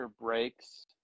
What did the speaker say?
breaks